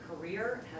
career